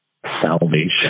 salvation